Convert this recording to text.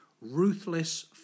Ruthless